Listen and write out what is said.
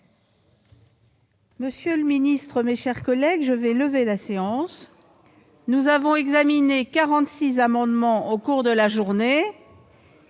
Monsieur le ministre, mes chers collègues, je vais lever la séance. Nous avons examiné 46 amendements au cours de la journée